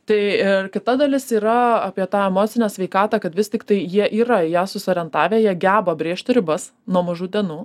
tai ir kita dalis yra apie tą emocinę sveikatą kad vis tiktai jie yra ją susiorientavę jie geba brėžti ribas nuo mažų dienų